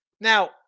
Now